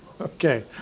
Okay